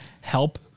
help